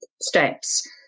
steps